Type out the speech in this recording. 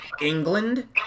England